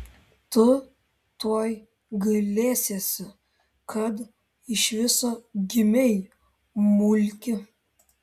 tu tuoj gailėsiesi kad iš viso gimei mulki